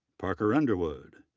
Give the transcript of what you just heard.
parker underwood,